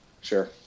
sure